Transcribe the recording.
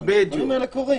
הדברים האלה קורים.